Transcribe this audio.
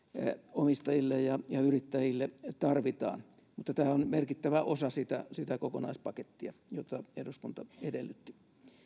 omistajille ja ja yrittäjille tarvitaan mutta tämä on merkittävä osa sitä sitä kokonaispakettia jota eduskunta edellytti